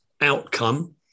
outcome